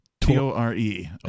T-O-R-E